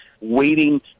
waiting